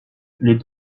les